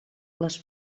les